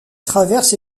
traverse